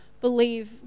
believe